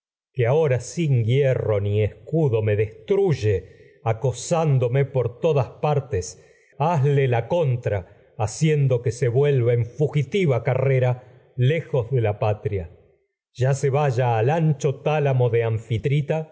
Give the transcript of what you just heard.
que ahora sin hierro ni escudo des truye acosándome por todas partes hazle la contra ha ciendo que se se vuelva en fugitiva carrera lejos de la pa al ancho tálamo de anfitrita